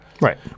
Right